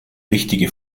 wichtige